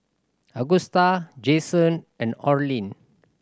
Agusta Jayson and Orlin